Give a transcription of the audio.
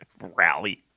rally